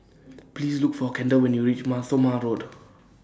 Please Look For Kendall when YOU REACH Mar Thoma Road